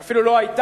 היא אפילו לא היתה,